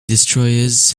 destroyers